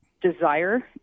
desire